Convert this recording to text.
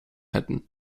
hätten